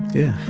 yeah.